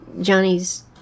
Johnny's